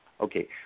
Okay